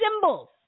symbols